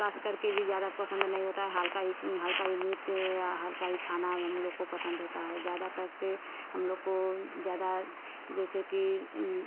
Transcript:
खास करके भी ज़्यादा पसन्द नहीं होता है हल्का ही हल्का ही मिर्च हल्का ही खाना हमलोग को पसन्द होता है ज़्यादातर के हमलोग को ज़्यादा जैसे कि